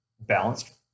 balanced